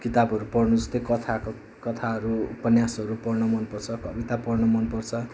किताबहरू पढ्नु जस्तै कथाहरूको कथाहरू उपन्यासहरू पढ्न मनपर्छ किताब पढ्न मनपर्छ